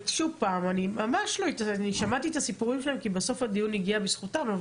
כי בסוף הדיון הגיע בזכותם,